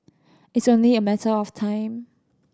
it's only a matter of time